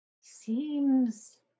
seems